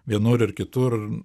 vienur ir kitur